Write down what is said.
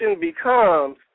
becomes